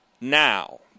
now